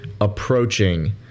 approaching